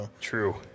True